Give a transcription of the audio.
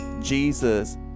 Jesus